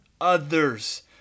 others